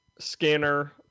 Scanner